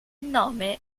nome